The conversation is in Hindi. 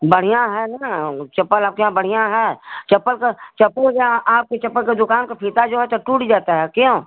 बढ़ियाँ है ना चप्पल आपके यहाँ बढ़ियाँ है चप्पल का चप्पल क्या आपके चप्पल की दुक़ान का फीता जो है तो टूट जाता है क्यों